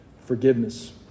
forgiveness